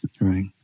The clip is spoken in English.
Right